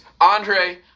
Andre